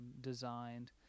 designed